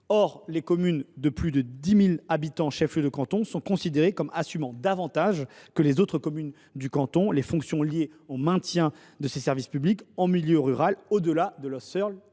cas des communes de plus de 10 000 habitants chefs lieux de canton, qui assument davantage que les autres communes dudit canton les fonctions liées au maintien de services publics en milieu rural au delà de leur